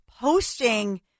posting